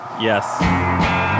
Yes